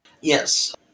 Yes